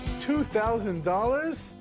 two thousand dollars?